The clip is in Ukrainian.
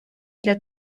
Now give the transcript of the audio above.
для